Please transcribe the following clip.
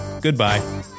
Goodbye